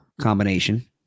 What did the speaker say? combination